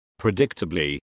Predictably